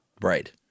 Right